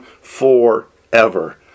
forever